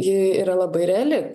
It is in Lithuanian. ji yra labai reali